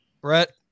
Brett